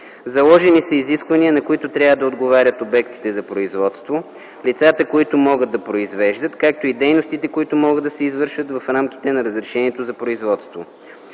Заложени са изисквания, на които трябва да отговарят обектите за производство, лицата, които могат да произвеждат, както и дейностите, които могат да се извършват в рамките на разрешението за производство.